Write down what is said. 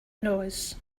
knows